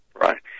right